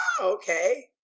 okay